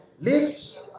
lift